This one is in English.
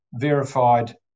verified